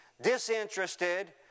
disinterested